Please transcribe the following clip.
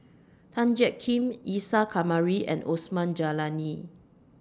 Tan Jiak Kim Isa Kamari and Osman Zailani